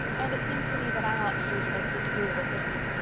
and it seems to me that i ought to do the most disagreeable things.